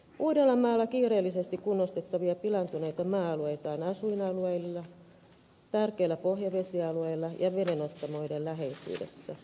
uudellamaalla kiireellisesti kunnostettavia pilaantuneita maa alueita on asuinalueilla tärkeillä pohjavesialueilla ja vedenottamoiden läheisyydessä